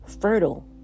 fertile